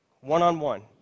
one-on-one